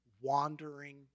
wandering